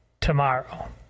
tomorrow